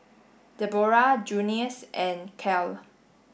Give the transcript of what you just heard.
Debora Junius and Kale